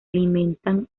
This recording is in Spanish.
alimentan